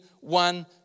one